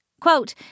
Quote